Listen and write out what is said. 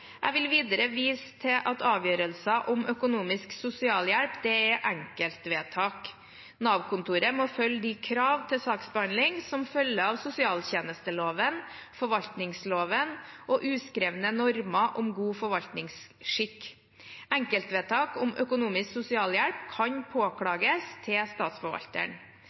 Jeg vil videre vise til at avgjørelser om økonomisk sosialhjelp er enkeltvedtak. Nav-kontoret må følge de krav til saksbehandling som følger av sosialtjenesteloven, forvaltningsloven og uskrevne normer om god forvaltningsskikk. Enkeltvedtak om økonomisk sosialhjelp kan påklages til statsforvalteren.